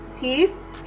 peace